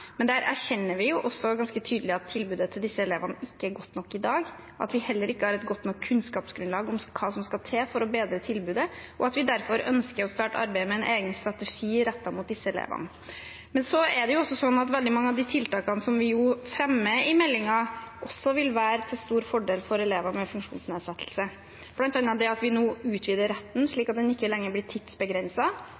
der erkjenner vi også ganske tydelig at tilbudet til disse elevene ikke er godt nok i dag, at vi heller ikke har et godt nok kunnskapsgrunnlag om hva som skal til for å bedre tilbudet, og at vi derfor ønsker å starte arbeidet med en egen strategi rettet mot disse elevene. Det er også sånn at veldig mange av tiltakene vi fremmer i meldingen, også vil være til stor fordel for elever med funksjonsnedsettelse, bl.a. at vi nå utvider retten, slik